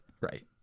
right